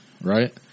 right